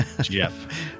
Jeff